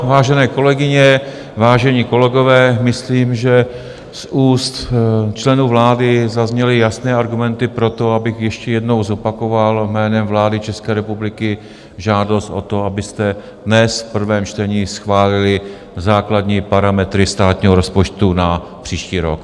Vážené kolegyně, vážení kolegové, myslím, že z úst členů vlády zazněly jasné argumenty pro to, abych ještě jednou zopakoval jménem vlády České republiky žádost o to, abyste dnes v prvém čtení schválili základní parametry státního rozpočtu na příští rok.